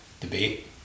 debate